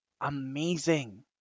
amazing